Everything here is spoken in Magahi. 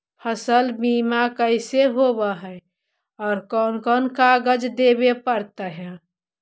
फसल बिमा कैसे होब है और कोन कोन कागज देबे पड़तै है?